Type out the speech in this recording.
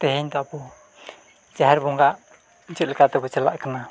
ᱛᱮᱦᱮᱧ ᱫᱚ ᱟᱵᱚ ᱡᱟᱦᱮᱨ ᱵᱚᱸᱜᱟ ᱪᱮᱫ ᱞᱮᱠᱟ ᱛᱮᱵᱚ ᱪᱟᱞᱟᱜ ᱠᱟᱱᱟ